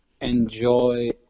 Enjoy